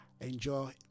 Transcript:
enjoy